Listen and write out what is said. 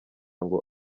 ngo